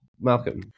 Malcolm